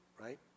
right